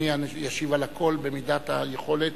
אדוני ישיב על הכול במידת היכולת.